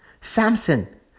Samson